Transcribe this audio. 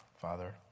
Father